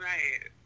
Right